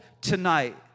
tonight